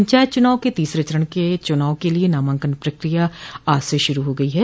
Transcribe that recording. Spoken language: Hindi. पंचायत चूनाव के तीसरे चरण के चूनाव के लिये नामांकन प्रक्रिया आज से शुरू हो गई है